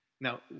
Now